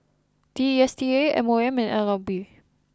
D S T A M O M and N L B